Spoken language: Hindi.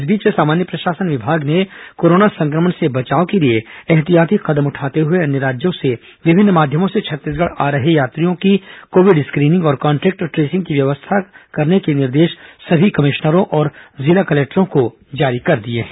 इस बीच सामान्य प्रशासन विभाग ने कोरोना संक्रमण से बचाव के लिए ऐहतियाती कदम उठाते हुए अन्य राज्यों से विभिन्न माध्यमों से छत्तीसगढ आ रहे यात्रियों की कोविड स्क्रीनिंग और कान्टेक्ट ट्रेसिंग की व्यवस्था करने के निर्देश सभी कमिश्नरों और जिला कलेक्टरों को जारी कर दिए हैं